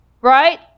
right